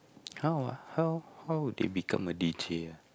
how ah how how would they become a D_J